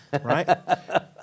right